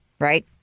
right